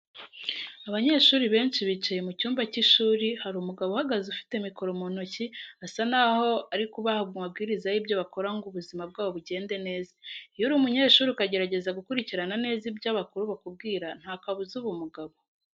Abanyeshuri benshi bicaye mu cyumba cy'ishuri, hari umugabo uhagaze ufite mikoro mu ntoki, asa naho ari kubaha amabwiriza y'ibyo bakora ngo ubuzima bwabo bugende neza, iyo uri umunyeshuri ukagerageza gukurikirana neza ibyo abakuru bakubwira nta kabuza uba umugabo.